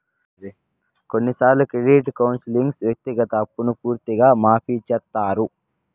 కొన్నిసార్లు క్రెడిట్ కౌన్సిలింగ్లో వ్యక్తిగత అప్పును పూర్తిగా మాఫీ చేత్తారు